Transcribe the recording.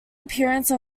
appearance